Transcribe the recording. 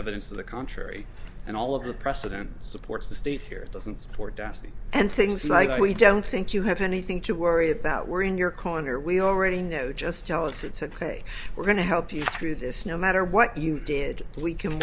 evidence to the contrary and all of the precedent supports the state here doesn't support dusty and things like we don't think you have anything to worry about we're in your corner we already know just jealous it's ok we're going to help you through this no matter what you did we can